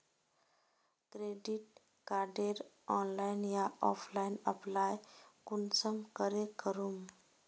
Credit कार्डेर online या offline apply कुंसम करे करूम?